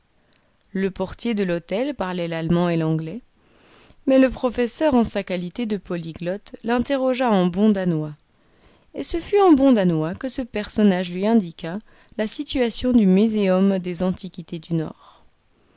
le portier de l'hôtel parlait l'allemand et l'anglais mais le professeur en sa qualité de polyglotte l'interrogea en bon danois et ce fut en bon danois que ce personnage lui indiqua la situation du muséum des antiquités du nord